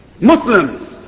Muslims